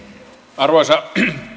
arvoisa